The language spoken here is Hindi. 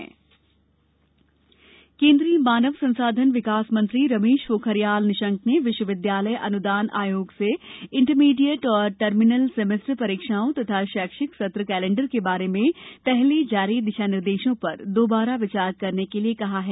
पोखरियाल केन्द्रीय मानव संसाधन विकास मंत्री रमेश पोखरियाल निशंक ने विश्वाविद्यालय अनुदान आयोग से इंटरमीडियट और टर्मिनल सेमेस्टर परीक्षाओं तथा शैक्षिक सत्र कैलेंडर के बारे में पहले जारी दिशा निर्देशों पर दोबारा विचार करने के लिए कहा है